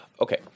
Okay